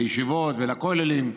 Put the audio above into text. לישיבות ולכוללים.